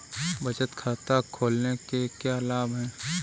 बचत खाता खोलने के क्या लाभ हैं?